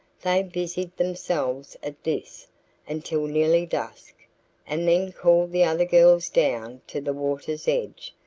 they busied themselves at this until nearly dusk and then called the other girls down to the water's edge,